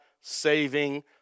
saving